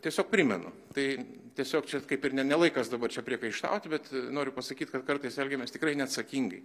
tiesiog primenu tai tiesiog čia kaip ir ne ne laikas dabar čia priekaištauti bet noriu pasakyt kad kartais elgiamės tikrai neatsakingai